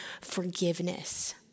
forgiveness